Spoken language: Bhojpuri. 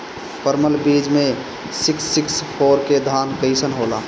परमल बीज मे सिक्स सिक्स फोर के धान कईसन होला?